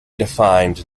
defined